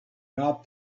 not